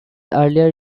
earlier